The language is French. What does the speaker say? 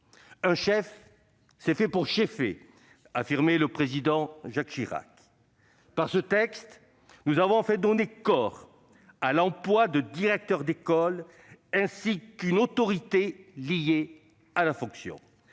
« Un chef, c'est fait pour cheffer », affirmait le président Jacques Chirac. Par ce texte, nous avons enfin donné corps à l'emploi de directeur d'école et assorti cette fonction